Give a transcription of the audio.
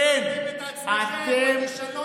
אתם שמתם את עצמכם בכישלון שלכם,